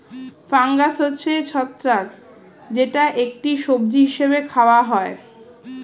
fungus হচ্ছে ছত্রাক যেটা একটি সবজি হিসেবে খাওয়া হয়